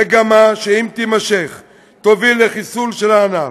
מגמה שאם תימשך תוביל לחיסול הענף.